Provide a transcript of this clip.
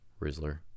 Rizzler